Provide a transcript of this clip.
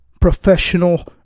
professional